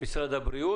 נציגי משרד הבריאות,